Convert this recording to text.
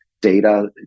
data